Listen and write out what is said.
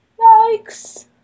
Yikes